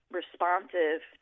responsive